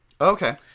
Okay